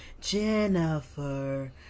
jennifer